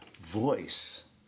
voice